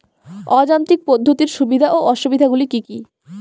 অযান্ত্রিক পদ্ধতির সুবিধা ও অসুবিধা গুলি কি কি?